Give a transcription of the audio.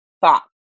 thought